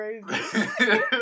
crazy